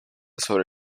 sobre